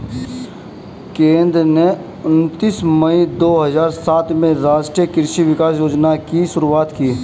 केंद्र ने उनतीस मई दो हजार सात में राष्ट्रीय कृषि विकास योजना की शुरूआत की